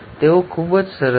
તેઓ ખરેખર ખૂબ જ સરસ છે